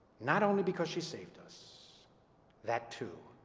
not only because she saved us that too.